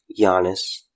Giannis